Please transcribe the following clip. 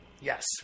Yes